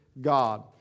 God